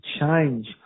change